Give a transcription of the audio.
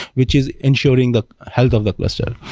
which is ensuring the health of the cluster.